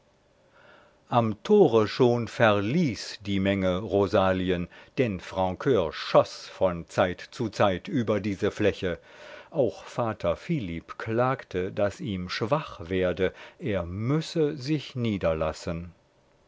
am tore schon verließ die menge rosalien denn francur schoß von zeit zu zeit über diese fläche auch vater philipp klagte daß ihm schwach werde er müsse sich niederlassen